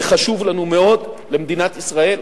זה חשוב לנו מאוד, למדינת ישראל.